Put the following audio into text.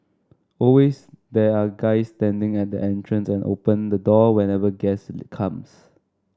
always there are guys standing at the entrance and open the door whenever guests becomes